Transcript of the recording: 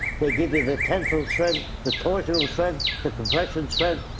they give you the tensile strength, the torsion strength, the compression strength.